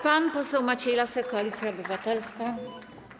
Pan poseł Maciej Lasek, Koalicja Obywatelska.